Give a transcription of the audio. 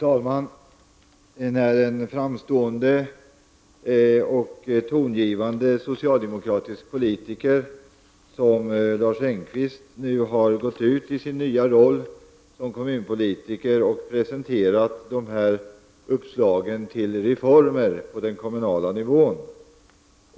Fru talman! En framstående och tongivande socialdemokratisk politiker som Lars Engqvist går, i sin nya roll som kommunpolitiker, ut och presenterar de här uppslagen till reformer på den kommunala nivån.